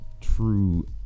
true